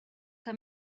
que